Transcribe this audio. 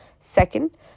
Second